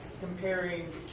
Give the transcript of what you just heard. comparing